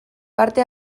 parte